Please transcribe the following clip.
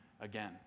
again